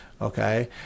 okay